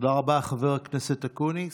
תודה רבה, חבר הכנסת אקוניס.